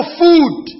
food